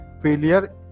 failure